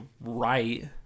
right